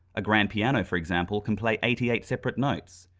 a grand piano, for example, can play eighty eight separate notes.